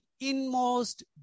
inmost